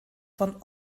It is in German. von